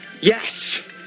Yes